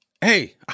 hey